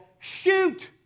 shoot